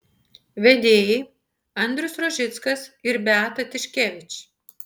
vedėjai andrius rožickas ir beata tiškevič